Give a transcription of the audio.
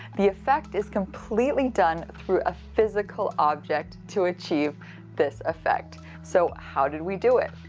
the effect is completely done through a physical object to achieve this effect. so how did we do it?